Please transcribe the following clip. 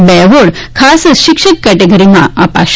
બે એવોર્ડ ખાસશિક્ષક કેટેગરીમાં અપાશે